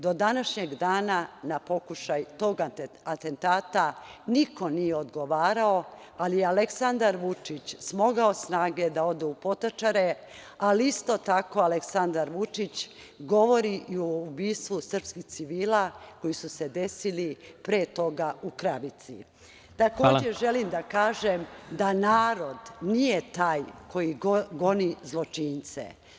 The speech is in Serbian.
Do današnjeg dana na pokušaj tog atentata niko nije odgovarao, ali je Aleksandar Vučić smogao snage da ode u Potočare i isto tako Aleksandar Vučić govori i o ubistvu srpskih civila koji su se desili pre toga u Kravici. (Predsedavajući: Hvala.) Takođe, želim da kažem da narod nije taj koji goni zločince.